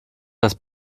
das